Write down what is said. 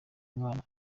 mwana